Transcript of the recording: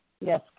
Yes